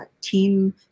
team